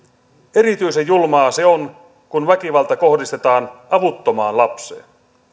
erityisen julmaa se on kun väkivalta kohdistetaan avuttomaan lapseen